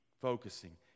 focusing